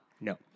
No